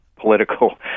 political